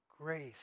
Grace